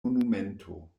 monumento